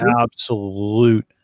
absolute